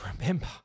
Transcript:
remember